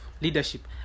leadership